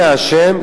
מי האשם?